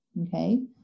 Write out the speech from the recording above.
Okay